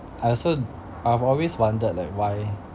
I also d~ I've always wondered like why